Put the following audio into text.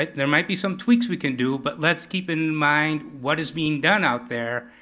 ah there might be some tweaks we can do, but let's keep in mind what is being done out there,